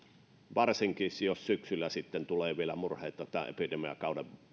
varsinkin jos syksyllä tulee vielä murheita tämän epidemiakauden